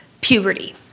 puberty